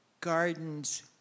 gardens